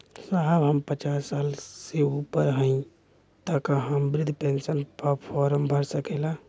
साहब हम पचास साल से ऊपर हई ताका हम बृध पेंसन का फोरम भर सकेला?